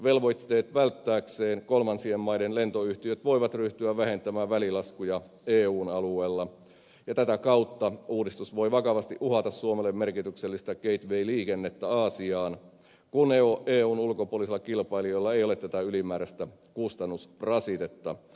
velvoitteet välttääkseen kolmansien maiden lentoyhtiöt voivat ryhtyä vähentämään välilaskuja eun alueella ja tätä kautta uudistus voi vakavasti uhata suomelle merkityksellistä gateway liikennettä aasiaan kun eun ulkopuolisilla kilpailijoilla ei ole tätä ylimääräistä kustannusrasitetta